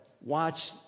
watch